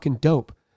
dope